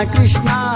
Krishna